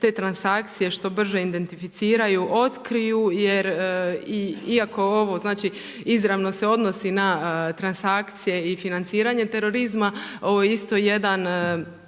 te transakcije što brže identificiraju, otkriju jer iako ovo znači izravno se odnosi na transakcije i financiranje terorizma, ovo je isto jedna